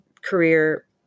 career